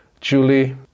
Julie